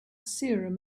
serum